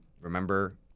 remember